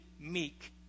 meek